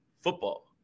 football